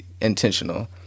intentional